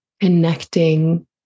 connecting